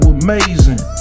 amazing